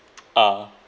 ah